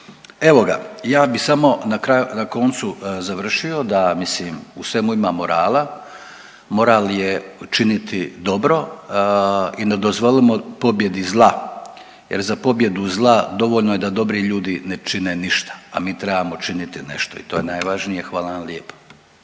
Evo ga, ja bih samo na kraju, na koncu završio da mislim, u svemu ima morala, moral je učinit dobro i ne dozvolimo pobjedi zla jer za pobjedu zla dovoljno je da dobri ljudi ne čine ništa, a mi trebamo činiti nešto i to je najvažnije. Hvala vam lijepo.